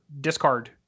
discard